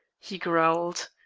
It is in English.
he growled.